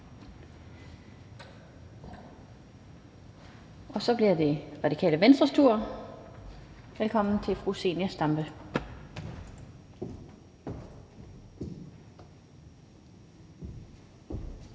af. Så bliver det Radikale Venstres tur. Velkommen til fru Zenia Stampe.